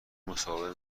مصاحبه